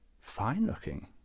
Fine-looking